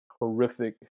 horrific